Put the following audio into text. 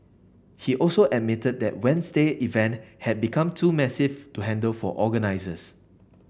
he also admitted that Wednesday event had become too massive to handle for organisers